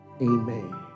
amen